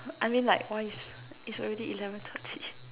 I mean like why is it's already eleven thirty